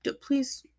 please